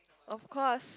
of course